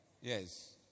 Yes